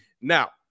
Now